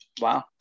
Wow